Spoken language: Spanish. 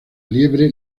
liebre